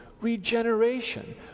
regeneration